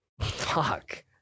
Fuck